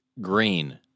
green